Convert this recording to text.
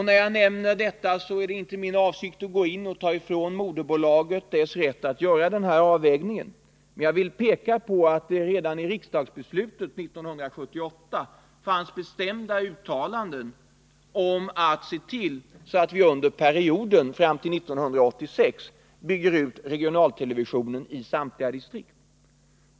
När jag nu går in på den frågan är det inte min avsikt att diskutera moderbolagets rätt att göra avvägningen i fråga om fördelningen, utan jag vill peka på att det redan i riksdagsbeslutet 1978 fanns bestämda uttalanden om att regionaltelevisionen skulle byggas ut i samtliga distrikt under perioden fram till 1986.